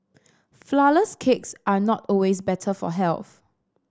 flourless cakes are not always better for health